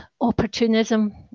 opportunism